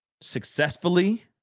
successfully